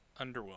underwhelming